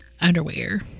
underwear